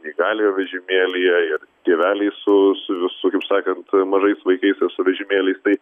neįgaliojo vežimėlyje ir tėveliai su su visu kaip sakant mažais vaikais ir su vežimėliais tai